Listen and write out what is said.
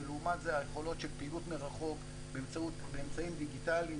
ולעומת זה היכולות של פעילות מרחוק באמצעים דיגיטליים,